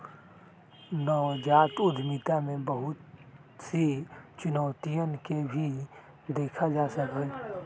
नवजात उद्यमिता में बहुत सी चुनौतियन के भी देखा जा सका हई